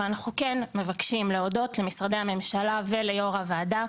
אבל אנחנו כן מבקשים להודות למשרדי הממשלה וליו"ר הוועדה,